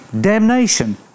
damnation